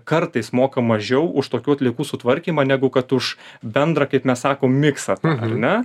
kartais moka mažiau už tokių atliekų sutvarkymą negu kad už bendrą kaip mes sakom miksą ar ne